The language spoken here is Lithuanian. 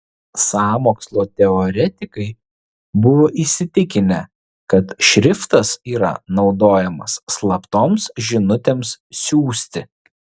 sąmokslo teoretikai buvo įsitikinę kad šriftas yra naudojamas slaptoms žinutėms siųsti